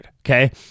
okay